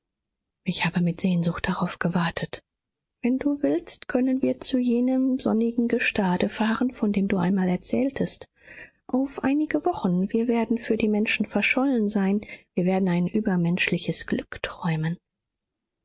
ich habe mit sehnsucht darauf gewartet wenn du willst können wir zu jenem sonnigen gestade fahren von dem du einmal erzähltest auf einige wochen wir werden für die menschen verschollen sein wir werden ein übermenschliches glück träumen